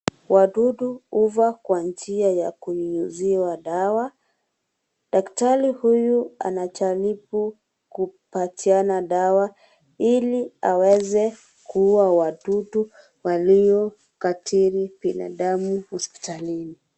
Wadudu hufa kwa njia ya kunyunyiziwa dawa. Daktari huyu anajaribu kupatiana dawa aili aweze kuuwa wadudu walioathiri binadamu hospitalini.